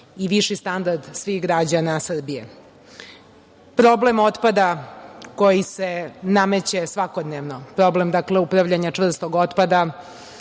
i viši standard svih građana Srbije. Problem otpada koji se nameće svakodnevno, problem upravljanja čvrstog otpada.